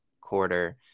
quarter